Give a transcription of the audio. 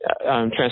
trans